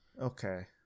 Okay